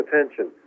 attention